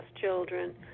children